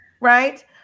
right